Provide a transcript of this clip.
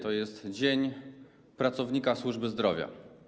To jest Dzień Pracownika Służby Zdrowia.